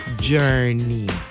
journey